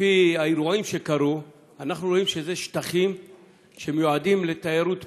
לפי האירועים שקרו אנחנו רואים שאלה שטחים שמיועדים לתיירות פנים.